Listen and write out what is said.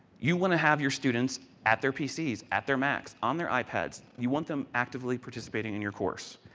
you want to have your students at their pcs, at their macs, on their ipads, you want them actively participating in your course.